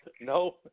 no